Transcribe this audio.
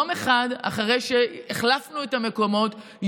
יום אחד אחרי שהחלפנו את המקומות,